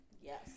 Yes